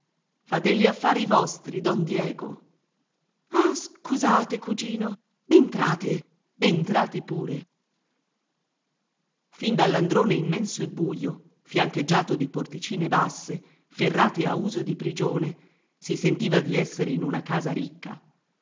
gli affari vostri don diego ah scusate cugino entrate entrate pure fin dall'androne immenso e buio fiancheggiato di porticine basse ferrate a uso di prigione si sentiva di essere in una casa ricca